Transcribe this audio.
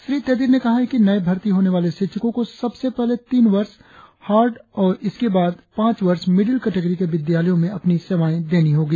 श्री तेदिर ने कहा है कि नये भर्ती होने वाले शिक्षको को सबसे पहले तीन वर्ष हार्ड और इसके बाद पाच वर्ष मिडिल कटेगरी के विद्यालयों में अपनी सेवाये देनी होगी